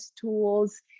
tools